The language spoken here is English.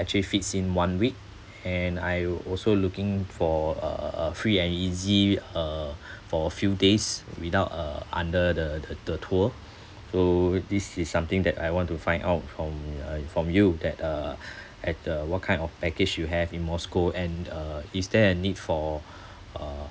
actually fits in one week and I also looking for uh uh uh free and easy uh for a few days without uh under the the the tour so this is something that I want to find out from uh from you that uh at uh what kind of package you have in moscow and uh is there a need for uh